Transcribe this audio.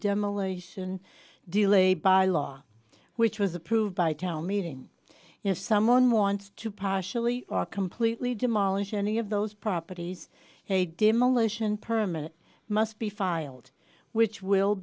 demolition delay by law which was approved by town meeting and if someone wants to partially or completely demolished any of those properties a demolition permanent must be filed which will